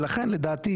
ולכן לדעתי